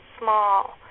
small